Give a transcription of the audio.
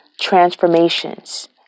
transformations